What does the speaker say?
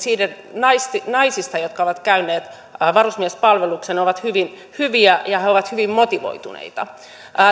naisista naisista jotka ovat käyneet varusmiespalveluksen ovat hyviä ja he ovat hyvin motivoituneita